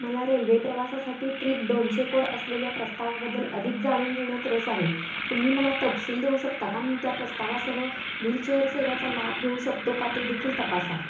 मला रेल्वे प्रवासासाठी ट्रीप दोनशे कोड असलेल्या प्रस्तावाबद्दल अधिक जाणून घेण्यात रस आहे तुम्ही मला तपशील देऊ शकता का मी त्या प्रस्तावासह व्हीलचेअर सेवेचा लाभ घेऊ शकतो का ते देखील तपासा